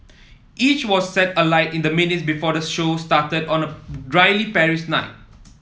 each was set alight in the minutes before the show started on a drily Paris night